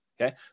Okay